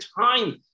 time